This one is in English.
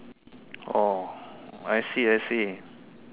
oh I see I see